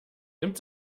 nimmt